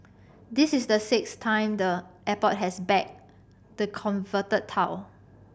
this is the sixth time the airport has bagged the